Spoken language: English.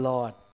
Lord